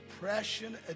depression